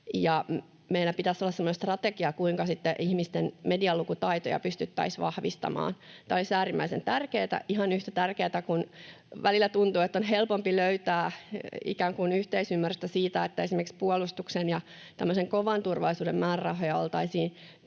Meillä pitäisi olla semmoinen strategia, kuinka ihmisten medialukutaitoja pystyttäisiin vahvistamaan. Tämä olisi äärimmäisen tärkeätä, ihan yhtä tärkeätä kuin tämä, kun välillä tuntuu, että on helpompi löytää ikään kuin yhteisymmärrystä siitä, että esimerkiksi puolustuksen ja tämmöisen kovan turvallisuuden määrärahoja oltaisiin